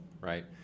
right